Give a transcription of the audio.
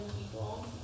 people